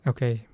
Okay